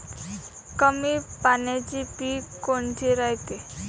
कमी पाण्याचे पीक कोनचे रायते?